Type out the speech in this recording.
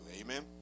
amen